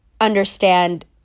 understand